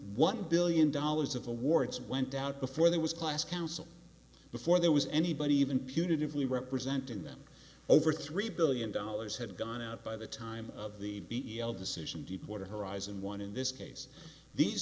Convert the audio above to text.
one billion dollars of awards went out before there was class counsel before there was anybody even punitively representing them over three billion dollars had gone out by the time of the decision deepwater horizon one in this case these